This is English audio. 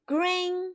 Green